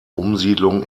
umsiedlung